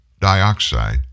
dioxide